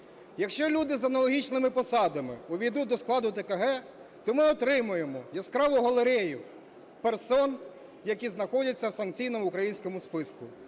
Якщо люди з аналогічними посадами увійдуть до складу ТКГ, то ми отримаємо яскраву галерею персон, які знаходяться в санкційному українському списку.